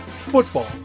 Football